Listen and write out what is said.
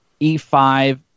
E5